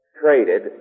traded